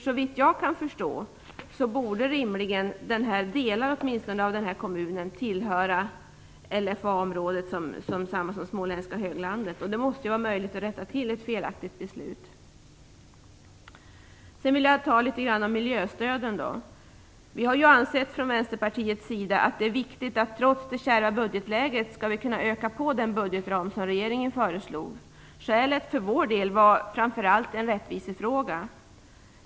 Såvitt jag kan förstå, borde åtminstone delar av kommunen rimligen tillhöra LFA-området, som är detsamma som småländska höglandet. Det måste ju vara möjligt att rätta till ett felaktigt beslut. Sedan vill jag säga något om miljöstöden. Från Vänsterpartiets sida har vi ansett att det är viktigt att trots det kärva budgetläget öka på den budgetram som regeringen föreslog. Skälet för vår del var framför allt rättvisa.